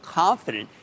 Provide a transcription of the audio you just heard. confident